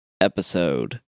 episode